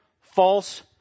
false